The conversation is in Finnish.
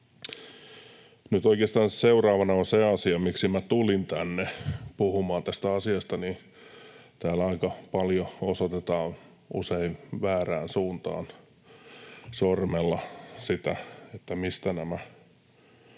seuraavana on se asia, miksi minä tulin tänne puhumaan tästä asiasta. Täällä aika paljon osoitetaan usein väärään suuntaan sormella sitä, mistä nämä